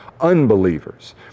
unbelievers